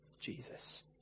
Jesus